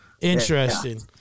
Interesting